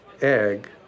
egg